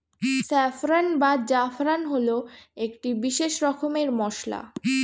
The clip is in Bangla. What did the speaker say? স্যাফ্রন বা জাফরান হল একটি বিশেষ রকমের মশলা